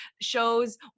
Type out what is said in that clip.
shows